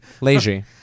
Lazy